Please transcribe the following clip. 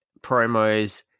promos